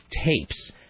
tapes